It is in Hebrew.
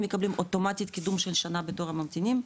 הם מקבלים אוטומטית קידום של שנה בתור הממתינים.